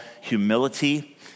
humility